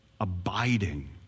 abiding